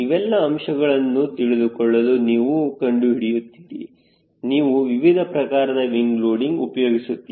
ಇವೆಲ್ಲ ಅವಶ್ಯಕತೆಗಳನ್ನು ತಿಳಿದುಕೊಳ್ಳಲು ನೀವು ಕಂಡುಹಿಡಿಯುತ್ತೀರಿ ನೀವು ವಿವಿಧ ಪ್ರಕಾರದ ವಿಂಗ್ ಲೋಡಿಂಗ್ ಉಪಯೋಗಿಸುತ್ತೀರಾ